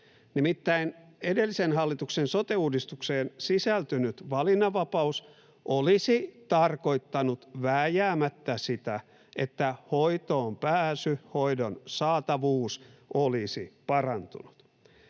Nimittäin edellisen hallituksen sote-uudistukseen sisältynyt valinnanvapaus olisi tarkoittanut vääjäämättä sitä, että hoitoonpääsy, hoidon saatavuus, olisi parantunut.